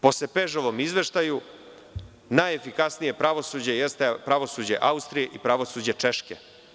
Po SEPEŽ izveštaju najefikasnije pravosuđe jeste, pravosuđe Austrije i pravosuđe Češke.